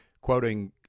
quoting